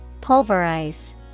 pulverize